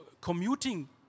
commuting